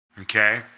okay